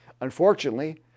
Unfortunately